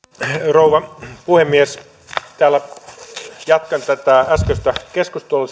rouva puhemies jatkan tätä äskeistä keskustelua